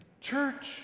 church